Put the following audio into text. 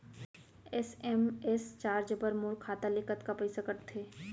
SMS charge बर मोर खाता ले कतका पइसा कटथे?